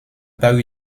pas